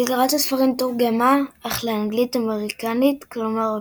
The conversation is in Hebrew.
סדרת הספרים "תורגמה" אף לאנגלית אמריקנית, כלומר,